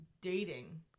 dating